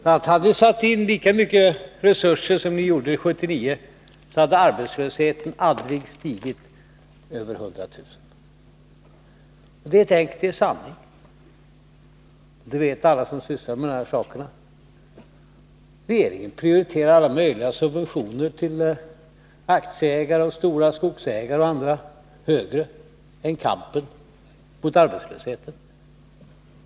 Hade ni satt in lika stora resurser som 1979, hade arbetslösheten aldrig stigit över 100 000. Det är helt enkelt sanningen, och det vet alla som sysslar med de här sakerna. Regeringen prioriterar alla möjliga subventioner — det gäller aktieägare, stora skogsägare och andra — framför kampen mot arbetslösheten.